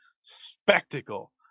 spectacle